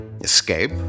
Escape